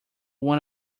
one